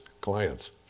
clients